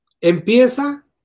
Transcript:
empieza